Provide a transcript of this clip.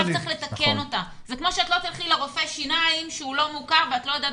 זה כמו שלא תלכי לרופא שיניים שהוא לא מוכר ואת לא יודעת